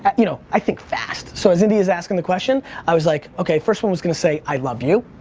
i you know i think fast. so as india is asking the question, i was like, the first one was gonna say, i love you.